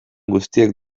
guztiek